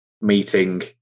meeting